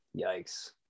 Yikes